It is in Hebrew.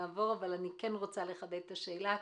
רוצה לחדד את השאלה,